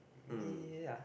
ya